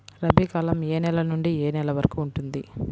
రబీ కాలం ఏ నెల నుండి ఏ నెల వరకు ఉంటుంది?